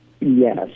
Yes